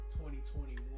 2021